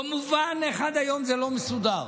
לא מובן איך עד היום זה לא מסודר.